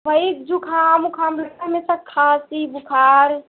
वही जुकाम उखाम हमेशा खाँसी बुखार